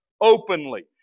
openly